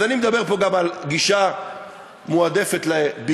אז אני מדבר פה גם על גישה מועדפת לביקור